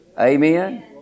Amen